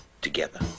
together